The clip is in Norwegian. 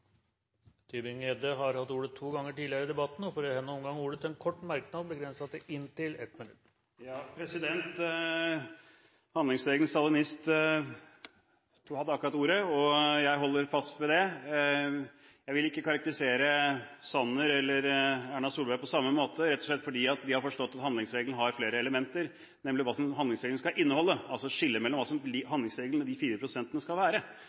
har hatt ordet to ganger tidligere i debatten og får ordet til en kort merknad, begrenset til 1 minutt. Handlingsregelens stalinist hadde akkurat ordet, og jeg holder fast ved det. Jeg vil ikke karakterisere Jan Tore Sanner eller Erna Solberg på samme måte, rett og slett fordi de har forstått at handlingsregelen har flere elementer, nemlig hva handlingsregelen skal inneholde – altså skillet mellom hva handlingsregelen og de 4 pst. skal være.